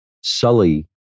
Sully